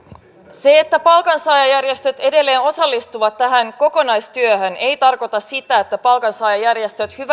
se että palkansaajajärjestöt edelleen osallistuvat tähän kokonaistyöhön ei tarkoita sitä että palkansaajajärjestöt